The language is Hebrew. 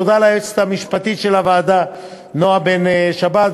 תודה ליועצת המשפטית של הוועדה נועה בן-שבת,